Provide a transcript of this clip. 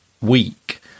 week